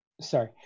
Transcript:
sorry